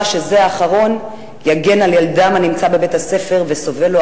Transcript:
שזה האחרון יגן על ילדם הנמצא בבית-הספר וסובל לא